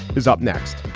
is up next